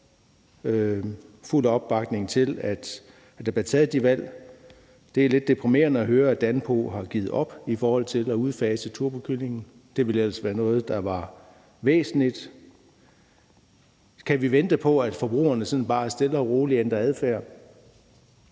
fuld opbakning fra mig til, at der bliver taget de valg. Det er lidt deprimerende at høre, at Danpo har givet op i forhold til at udfase turbokyllinger. Det ville ellers være noget, der var væsentligt. Kan vi vente på, at forbrugerne sådan bare stille og roligt ændrer adfærd?